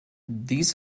dies